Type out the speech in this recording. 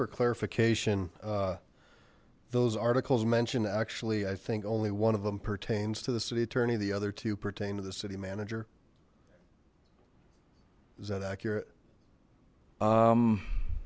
for clarification those articles mentioned actually i think only one of them pertains to the city attorney the other two pertain to the city manager is that accurate